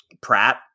pratt